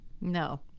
No